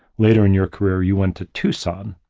later in your career, you went to tucson,